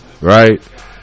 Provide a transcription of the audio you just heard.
Right